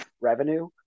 revenue